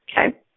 okay